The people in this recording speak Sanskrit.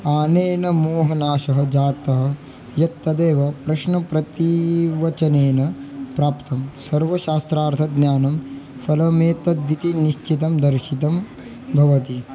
अनेन मोहनाशः जातः यत् तदेव प्रश्नप्रतिवचनेन प्राप्तं सर्वशास्त्रार्थज्ञानं फलमेतद्दिति निश्चितं दर्शितं भवति